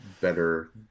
better